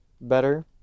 better